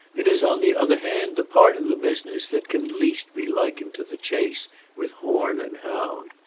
it is on the other hand the part of the business that can least be likened to the chase with horn and hound.